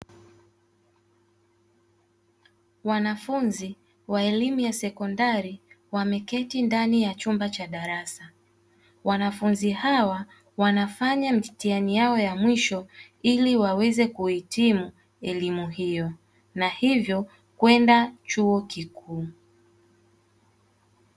Wanafunzi wa elimu ya sekondari wameketi ndani ya chumba cha darasa, wanafunzi hawa wanafanya mitihani yao ya mwisho ili waweze kuhitimu elimu hiyo na hivyo kwenda chuo kikuu.